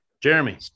Jeremy